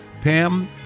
Pam